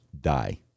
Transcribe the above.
die